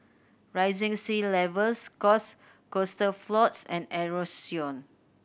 rising sea levels cause coastal floods and erosion